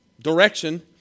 direction